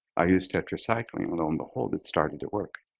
i used tetracycline, lo and behold it started to work.